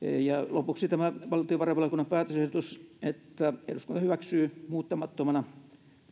lopuksi tämä valtiovarainvaliokunnan päätösehdotus että eduskunta hyväksyy muuttamattomana